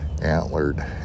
antlered